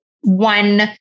one